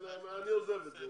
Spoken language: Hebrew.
אבל אני עוזב את זה,